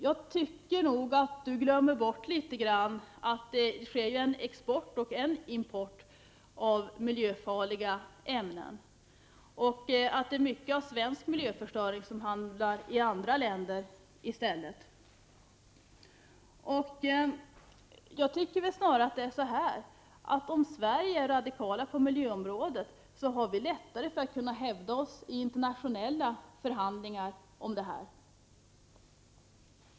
Jag tycker att Ingvar Eriksson glömmer bort att det sker en export och en import av miljöfarliga ämnen och att mycket av svensk miljöförstöring hamnar i andra länder. Jag tycker snarare att det är så, att om vi i Sverige är radikala på miljöområdet, så har vi lättare att kunna hävda oss i internationella förhandlingar om miljön.